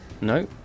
no